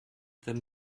them